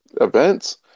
events